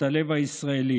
את הלב הישראלי,